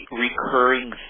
recurring